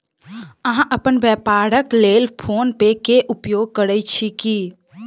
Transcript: अहाँ अपन व्यापारक लेल फ़ोन पे के उपयोग करै छी की?